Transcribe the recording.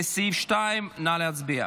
לסעיף 2. נא להצביע.